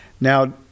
now